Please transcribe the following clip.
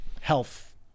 health